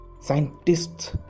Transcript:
Scientists